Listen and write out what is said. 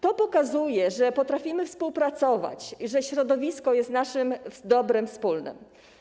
To pokazuje, że potrafimy współpracować, że środowisko jest naszym dobrem wspólnym.